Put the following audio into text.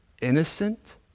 innocent